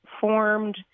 formed